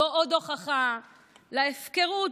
זו עוד הוכחה להפקרות,